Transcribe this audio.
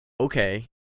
okay